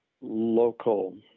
local